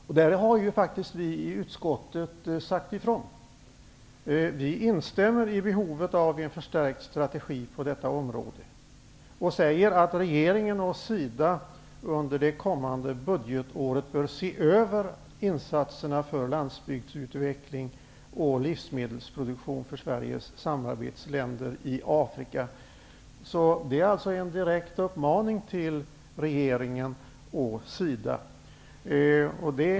Vi i utskottet har faktiskt sagt ifrån där. Vi instämmer i vad som sägs om behovet av en förstärkt strategi på detta område och säger att regeringen och SIDA under det kommande budgetåret bör se över insatserna för landsbygdsutveckling och livsmedelsproduktion för Sveriges samarbetsländer i Afrika. Detta är alltså en direkt uppmaning till regeringen och SIDA.